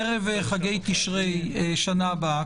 ערב חגי תשרי שנה הבאה,